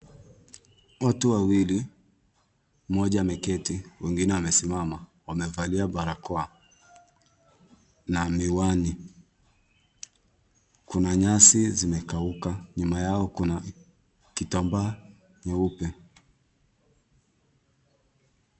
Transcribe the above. Watu wawili, mmoja ameketi, mwingine amesimama, wamevalia barakoa na miwani. Kuna nyasi zimekauka. Nyuma yao kuna kitambaa nyeupe.